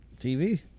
TV